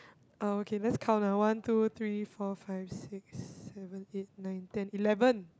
um okay let's count now one two three four five six seven eight nine ten eleven